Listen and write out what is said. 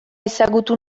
ezagutu